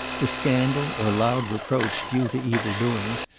the scandal, or loud reproach due to evil doings,